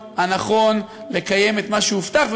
הביטחון הנכון לקיים את מה שהובטח,